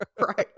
Right